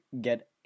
get